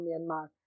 Myanmar